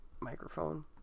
microphone